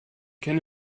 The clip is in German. kenne